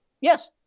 Yes